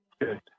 Good